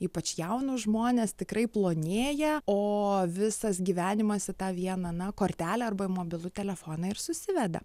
ypač jaunus žmonės tikrai plonėja o visas gyvenimas į tą vieną na kortelę arba mobilų telefoną ir susiveda